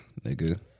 nigga